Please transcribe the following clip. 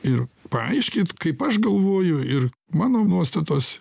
ir paaiškint kaip aš galvoju ir mano nuostatos